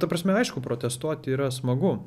ta prasme aišku protestuoti yra smagu